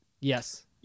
Yes